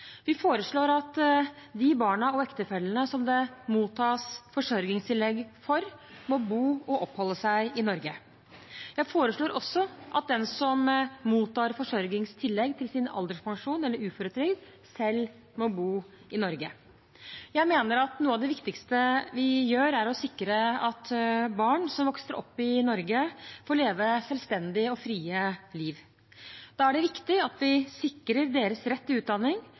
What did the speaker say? Vi foreslår at de barna og ektefellene som det mottas forsørgingstillegg for, må bo og oppholde seg i Norge. Vi foreslår også at den som mottar forsørgingstillegg til sin alderspensjon eller uføretrygd, selv må bo i Norge. Jeg mener at noe av det viktigste vi gjør, er å sikre at barn som vokser opp i Norge, får leve selvstendige og frie liv. Da er det viktig at vi sikrer deres rett til utdanning